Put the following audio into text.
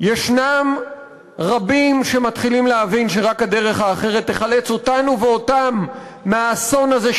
יש רבים שמתחילים להבין שרק הדרך האחרת תחלץ אותנו ואותם מהאסון הזה,